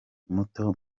muto